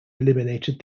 eliminated